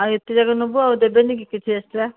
ଆଉ ଏତେ ଯାକ ନେବୁ ଆଉ ଦେବେନି କି କିଛି ଏକ୍ସଟ୍ରା